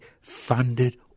funded